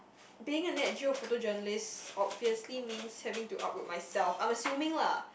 being a nat-geo photojournalist obviously means having to uproot myself I'm assuming lah